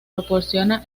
proporciona